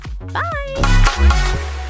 Bye